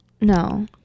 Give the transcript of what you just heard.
no